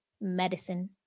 medicine